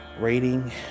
rating